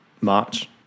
March